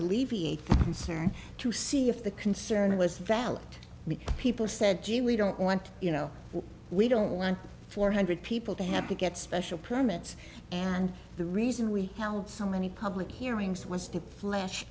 alleviate concern to see if the concern was valid people said gee we don't want you know we don't like four hundred people to have to get special permits and the reason we held so many public hearings was to flesh